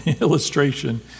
illustration